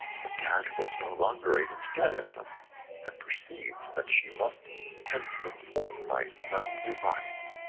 the cat was no longer able to get at them and perceived that she must tempt them forth by some device.